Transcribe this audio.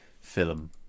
film